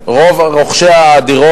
שלך, על 20% דירות